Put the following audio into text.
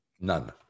None